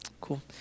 Cool